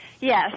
Yes